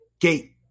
gate